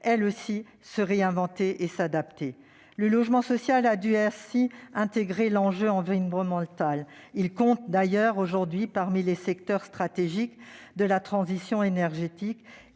elle aussi, se réinventer et s'adapter. Le logement social a dû ainsi intégrer l'enjeu environnemental. Il compte d'ailleurs aujourd'hui parmi les secteurs stratégiques de la transition énergétique